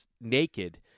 naked